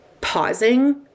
pausing